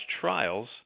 trials